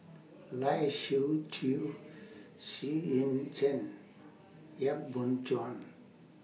Lai Siu Chiu Xu Yuan Zhen Yap Boon Chuan